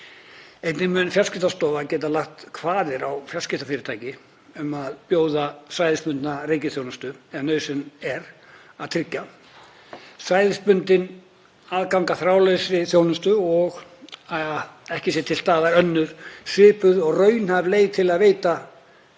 Einnig mun Fjarskiptastofa geta lagt kvaðir á fjarskiptafyrirtæki um að bjóða svæðisbundna reikiþjónustu „ef nauðsynlegt er að tryggja svæðisbundinn aðgang að þráðlausri þjónustu og að ekki sé til staðar önnur svipuð og raunhæf leið til að veita